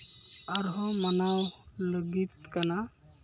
ᱟᱨᱦᱚᱸ ᱞᱟᱹᱜᱤᱫ ᱠᱟᱱᱟ